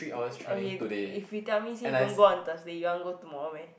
okay if we tell me say don't go on Thursday you want go tomorrow meh